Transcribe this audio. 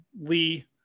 Lee